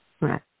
right